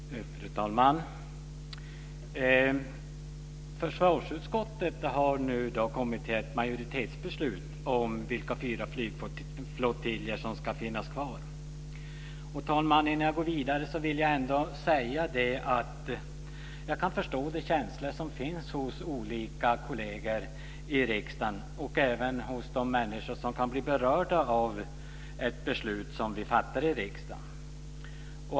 Fru talman! Försvarsutskottet har nu kommit fram till ett majoritetsförslag om vilka fyra flygflottiljer som ska finnas kvar. Fru talman! Innan jag går vidare vill jag säga att jag kan förstå de känslor som finns hos olika kolleger i riksdagen och även hos de människor som kan bli berörda av det beslut som vi fattar i riksdagen.